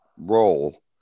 role